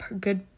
good